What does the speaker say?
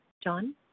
John